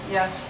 Yes